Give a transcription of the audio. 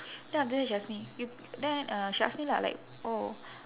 then after that she ask me y~ then uh she ask me lah like oh